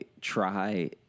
try